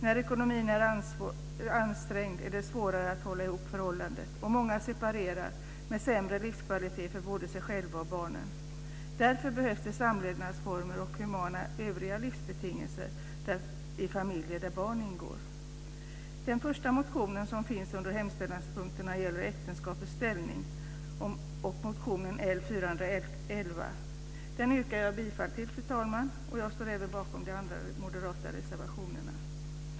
När ekonomin är ansträngd är det svårare att hålla ihop förhållandet, och många separerar med sämre livskvalitet för både sig själva och barnen. Därför behövs bra samlevnadsformer och övriga humana livsbetingelser för familjer där barn ingår. Den yrkar jag bifall till, fru talman. Jag står även bakom de andra moderata reservationerna.